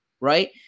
Right